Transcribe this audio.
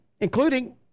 including